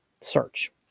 search